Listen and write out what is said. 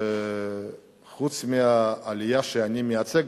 שחוץ מהעלייה שאני מייצג,